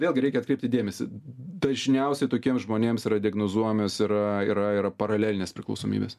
vėlgi reikia atkreipti dėmesį dažniausiai tokiem žmonėms yra diagnozuojamas yra yra yra paralelinės priklausomybės